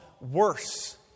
worse